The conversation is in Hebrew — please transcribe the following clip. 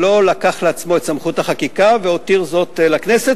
שלא לקח לעצמו את סמכות החקיקה והותיר זאת לכנסת,